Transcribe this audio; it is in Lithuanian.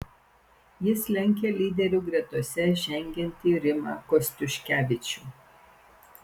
jis lenkia lyderių gretose žengiantį rimą kostiuškevičių